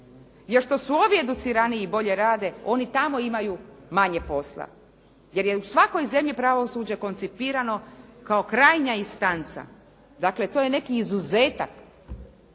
Jer što su ovi educiraniji i bolje rade, oni tamo imaju manje posla. Jer je u svakoj zemlji pravosuđe koncipirano kao krajnja instanca, dakle to je neki izuzetak